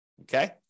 Okay